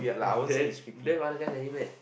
then don't have other guys already meh